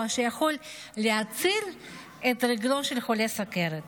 שיכול להציל את רגלו של חולה סוכרת,